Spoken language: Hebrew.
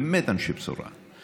באמת אנשי בשורה.